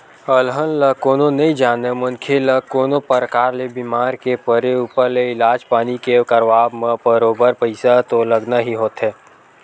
अलहन ल कोनो नइ जानय मनखे ल कोनो परकार ले बीमार के परे ऊपर ले इलाज पानी के करवाब म बरोबर पइसा तो लगना ही होथे